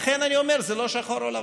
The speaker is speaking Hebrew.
לכן אני אומר: זה לא שחור או לבן,